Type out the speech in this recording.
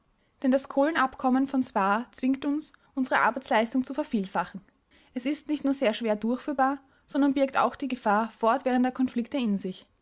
denn das kohlenabkommen von spaa zwingt uns unsere arbeitsleistung zu vervielfachen es ist nicht nur sehr schwer durchführbar sondern birgt auch die gefahr fortwährender konflikte in sich